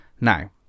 Now